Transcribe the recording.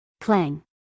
Clang